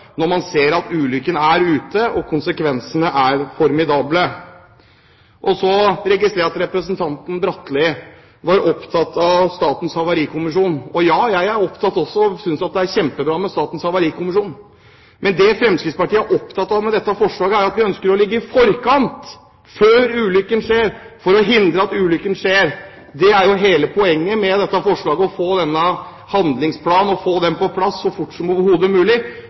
ulykken er ute og konsekvensene blir formidable. Jeg registrerer at representanten Bratli var opptatt av Statens havarikommisjon. Ja, jeg også er opptatt av og synes at det er kjempebra med Statens havarikommisjon. Men det Fremskrittspartiet er opptatt av med dette forslaget, er at vi ønsker å ligge i forkant – før ulykken skjer – for å hindre at ulykken skjer. Hele poenget med forslaget er jo å få denne handlingsplanen på plass så fort som overhodet mulig